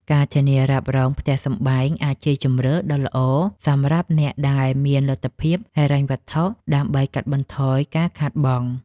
ការធានារ៉ាប់រងផ្ទះសម្បែងអាចជាជម្រើសដ៏ល្អសម្រាប់អ្នកដែលមានលទ្ធភាពហិរញ្ញវត្ថុ ដើម្បីកាត់បន្ថយការខាតបង់។